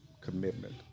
commitment